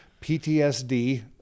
PTSD